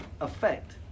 effect